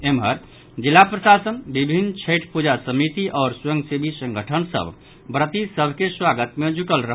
एम्हर जिला प्रशासन विभिन्न छठि पूजा समीति आओर स्वयं सेवी संगठन सभ व्रति सभके स्वागत मे जुटल छल